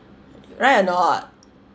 right or not